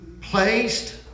placed